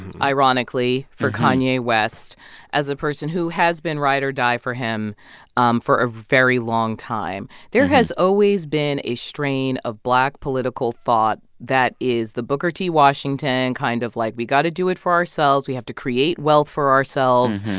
ironically, for kanye west as a person who has been ride or die for him um for a very long time. there has always been a strain of black political thought that is the booker t. washington kind of like we got to do it for ourselves. we have to create wealth for ourselves.